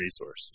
resource